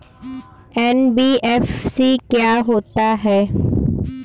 NBFC क्या होता है?